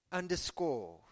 underscore